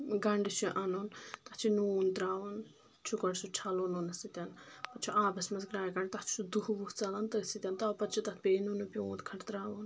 گنٛڈٕ چھُ اَنُن تَتھ چھُ نوٗن تراوُن چھُ گۄڈٕ سُہ چھَلُن نوٗنہٕ سۭتۍ پَتہٕ چھُ آبَس منٛز گرٛاے کڑنٛی تَتھ چھُ دُہ وُہ ژَلان تٔتھۍ سۭتۍ تَو پَتہٕ چھُ تَتھ پیٚیہِ نوٗنہٕ پیوٗنٛت کھَنٛڈ ترٛاوُن